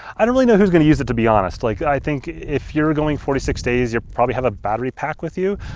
i don't really know who's gonna use it to be honest. like i think if you're going forty six days you probably have a battery pack with you,